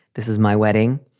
this is my wedding.